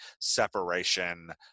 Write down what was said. separation